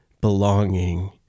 belonging